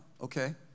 okay